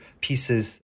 pieces